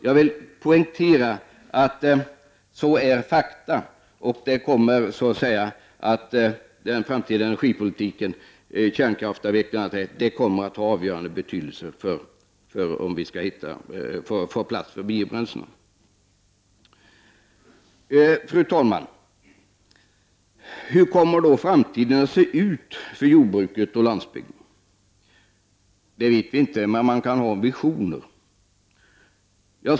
Jag poängterar att detta är fakta. Den framtida energipolitiken, kärnkraftsavveckling osv., kommer att ha avgörande betydelse för om vi skall kunna få plats med biobränslen. Fru talman! Hur kommer då framtiden att se ut för jordbruket och landsbygden? Det vet vi inte, men man kan ha visioner.